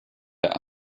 der